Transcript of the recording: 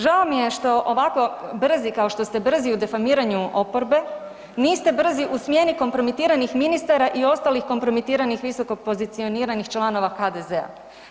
Žao mi je što ovako brzi, kao što ste brzi u deformiranju oporbe niste brzi u smjeni kompromitiranih ministara i ostalih kompromitiranih visokopozicioniranih članova HDZ-a.